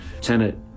Tenet